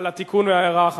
על התיקון ועל ההערה החשובה.